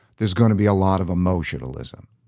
there's going to be a lot of emotionalism.